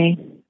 okay